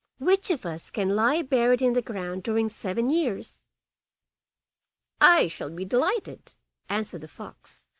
which of us can lie buried in the ground during seven years i shall be delighted answered the fox,